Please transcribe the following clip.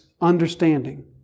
understanding